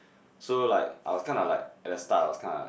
so like I was kind of like at the start I was kinda